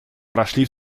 прошли